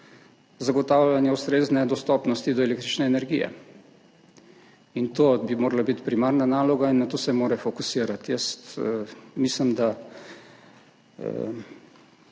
zagotavljanje ustrezne dostopnosti do električne energije. To bi morala biti primarna naloga in na to se mora fokusirati. Jaz mislim, da